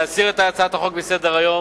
להסיר את הצעת החוק מסדר-היום.